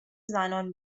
زنان